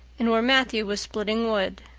and where matthew was splitting wood.